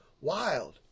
Wild